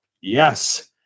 Yes